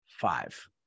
five